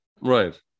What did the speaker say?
Right